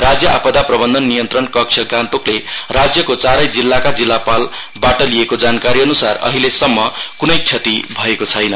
राज्य आपदा प्रबन्धन नियन्त्रण कक्ष गान्तोकले राज्यको चारै जिल्लाका जिल्लापालबाट लिएको जानकारीअन्सार अहिलेसम्म क्नै क्षति भएको छैन